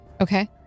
Okay